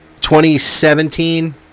2017